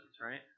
right